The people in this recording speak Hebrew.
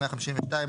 152,